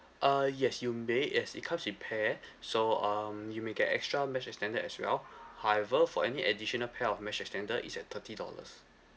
uh yes you may as it comes in pair so um you may get extra mesh extender as well however for any additional pair of mesh extender is at thirty dollars